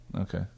Okay